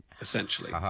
essentially